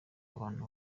abantu